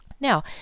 Now